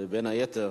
ובין היתר